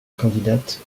candidate